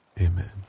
amen